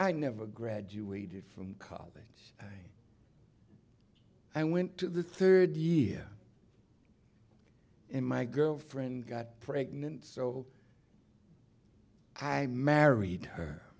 i never graduated from college i went to the third year in my girlfriend got pregnant so i married her